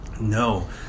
No